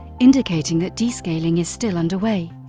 indicating that descaling is still underway.